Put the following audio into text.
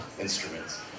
instruments